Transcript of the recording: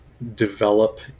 develop